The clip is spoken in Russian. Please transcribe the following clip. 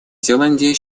зеландия